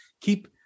keep